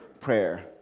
prayer